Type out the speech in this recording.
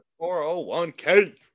401k